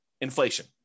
Inflation